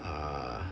uh